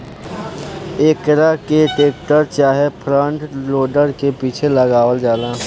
एकरा के टेक्टर चाहे फ्रंट लोडर के पीछे लगावल जाला